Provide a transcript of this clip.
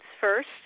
first